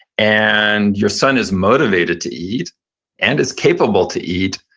and your son is motivated to eat and is capable to eat,